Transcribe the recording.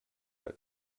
weil